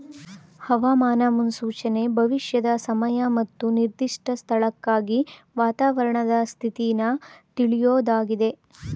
ಹವಾಮಾನ ಮುನ್ಸೂಚನೆ ಭವಿಷ್ಯದ ಸಮಯ ಮತ್ತು ನಿರ್ದಿಷ್ಟ ಸ್ಥಳಕ್ಕಾಗಿ ವಾತಾವರಣದ ಸ್ಥಿತಿನ ತಿಳ್ಯೋದಾಗಿದೆ